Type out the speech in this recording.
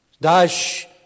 dash